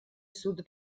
sud